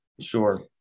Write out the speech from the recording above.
Sure